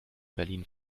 berlin